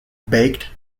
baked